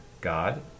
God